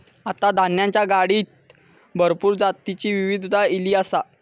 आता धान्याच्या गाडीत भरपूर जातीची विविधता ईली आसा